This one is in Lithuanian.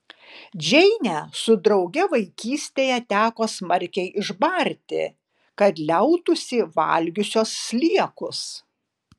džeinę su drauge vaikystėje teko smarkiai išbarti kad liautųsi valgiusios sliekus